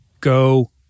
Go